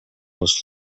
was